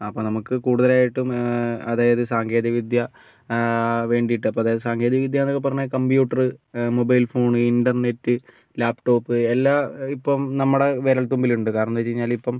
അപ്പം നമുക്ക് കൂടുതലായിട്ടും അതായത് സാങ്കേതികവിദ്യ വേണ്ടിയിട്ട് അപ്പം അതായത് സാങ്കേതികവിദ്യ എന്നൊക്കെ പറഞ്ഞാൽ computer mobile phone internet laptop എല്ലാ ഇപ്പം നമ്മുടെ വിരൽ തുമ്പിലുണ്ട് കാരണം എന്തെന്ന് വെച്ച് കഴിഞ്ഞാല് ഇപ്പം